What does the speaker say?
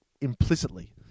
implicitly